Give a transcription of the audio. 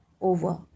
over